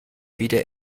wieder